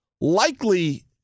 likely